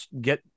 get